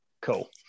Cool